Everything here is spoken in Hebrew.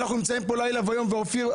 אנחנו נמצאים פה לילה ויום ואופיר,